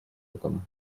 этом